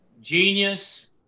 genius